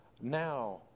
now